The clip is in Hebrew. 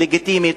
לגיטימית,